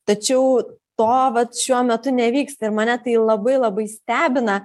tačiau to vat šiuo metu nevyksta ir mane tai labai labai stebina